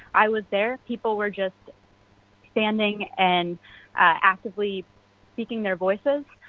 i was there. people were just standing and actively speaking their voices,